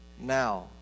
now